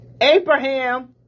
Abraham